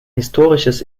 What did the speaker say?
historisches